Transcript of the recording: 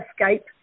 escape